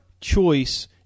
choice